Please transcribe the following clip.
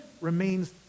remains